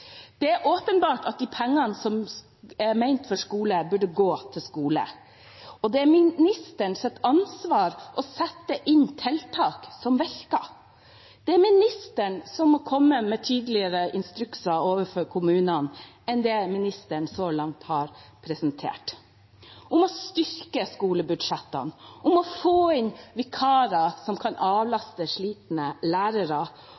Det er åpenbart at pengene som er ment å gå til skole, bør gå til skole, og det er ministerens ansvar å sette inn tiltak som virker. Det er ministeren som må komme med tydeligere instrukser til kommunene enn det ministeren så langt har prestert, om å styrke skolebudsjettene, om å få inn vikarer som kan avlaste slitne lærere,